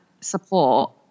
support